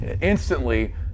instantly